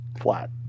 flat